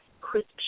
crisp